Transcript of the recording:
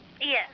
Yes